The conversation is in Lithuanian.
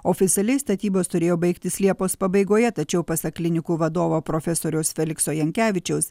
oficialiai statybos turėjo baigtis liepos pabaigoje tačiau pasak klinikų vadovo profesoriaus felikso jankevičiaus